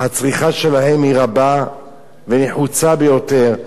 הצריכה שלהם היא רבה ונחוצה ביותר,